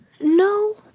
No